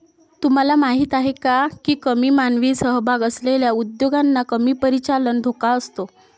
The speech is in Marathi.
तुम्हाला माहीत आहे का की कमी मानवी सहभाग असलेल्या उद्योगांना कमी परिचालन धोका असतो?